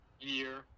year